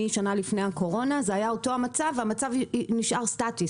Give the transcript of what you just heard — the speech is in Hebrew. משנה לפני הקורונה זה היה אותו המצב והוא נשאר סטטי.